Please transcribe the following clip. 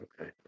okay